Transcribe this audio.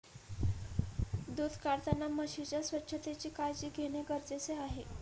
दूध काढताना म्हशीच्या स्वच्छतेची काळजी घेणे गरजेचे आहे